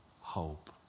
hope